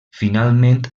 finalment